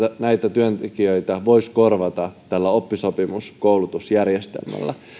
työntekijöitä voisi korvata tällä oppisopimuskoulutusjärjestelmällä